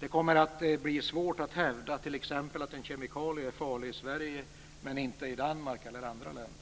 Det kommer att bli svårt att hävda t.ex. att en kemikalie är farlig i Sverige men inte i Danmark eller andra länder.